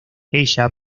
ella